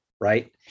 right